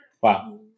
wow